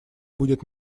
будет